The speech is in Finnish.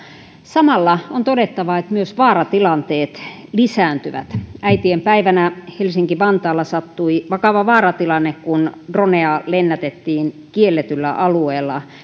samalla on todettava että myös vaaratilanteet lisääntyvät äitienpäivänä helsinki vantaalla sattui vakava vaaratilanne kun dronea lennätettiin kielletyllä alueella